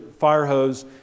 firehose